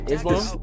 Islam